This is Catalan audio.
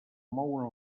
mouen